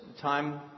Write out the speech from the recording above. time